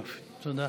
יופי, תודה.